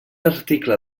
article